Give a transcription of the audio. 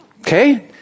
Okay